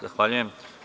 Zahvaljujem.